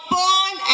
born